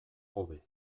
hobe